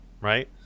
right